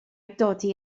dodi